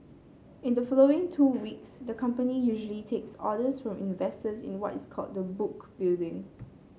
in the following two weeks the company usually takes orders from investors in what is called the book building